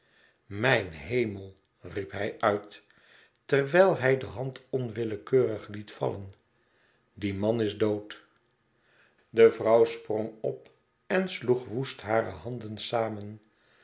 mijn hemel riep hij uit terwijl hij de hand onwillekeurig liet vallen die man is dood de vrouw sprong op en sloeg woest hare handen samen